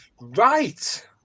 Right